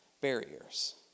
barriers